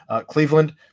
Cleveland